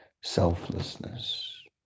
selflessness